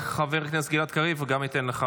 חבר הכנסת גלעד קריב, אתן גם לך.